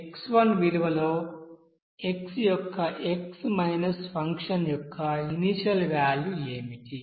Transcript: X1 విలువలో x యొక్క x function యొక్క ఇనీషియల్ వ్యాల్యూ ఏమిటి